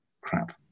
crap